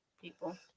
people